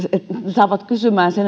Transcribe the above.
saavat kysymään